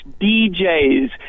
djs